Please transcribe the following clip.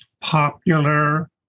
popular